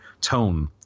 tone